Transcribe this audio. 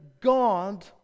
God